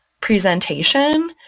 presentation